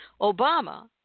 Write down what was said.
Obama